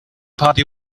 party